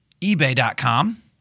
eBay.com